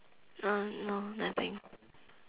uh no nothing